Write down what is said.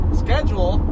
schedule